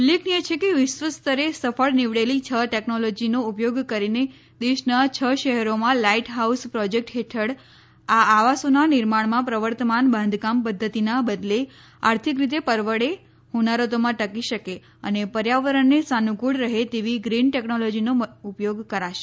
ઉલ્લેખનીય છે કે વિશ્વસ્તરે સફળ નીવડેલી છ ટેકનોલોજીનો ઉપયોગ કરીને દેશના છ શહેરોમાં લાઇટ હાઉસ પ્રોજેક્ટ હેઠળ આ આવાસોના નિર્માણમાં પ્રવર્તમાન બાંધકામ પધ્ધતિના બદલે આર્થિક રીતે પરવડે હોનારતોમાં ટકી શકે અને પર્યાવરણને સાનુકૂળ રહે તેવી ગ્રીન ટેકનોલોજીનો ઉપયોગ કરાશે